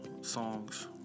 songs